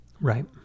Right